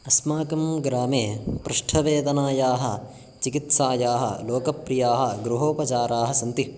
अस्माकं ग्रामे पृष्ठवेदनायाः चिकित्सायाः लोकप्रियाः गृहोपचाराः सन्ति